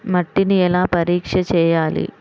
మట్టిని ఎలా పరీక్ష చేయాలి?